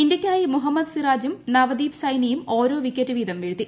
ഇന്ത്യക്കായി മുഹമ്മദ് സിറാജും നവദീപ് സൈനിയും ഓരോ വിക്കറ്റ് വീതം വീഴ്ത്തി